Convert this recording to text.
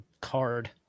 card